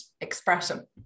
expression